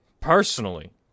personally